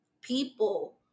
people